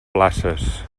places